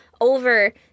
over